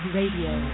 Radio